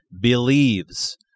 believes